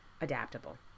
adaptable